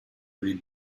read